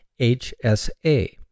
HSA